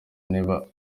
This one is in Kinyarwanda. niba